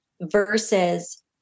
versus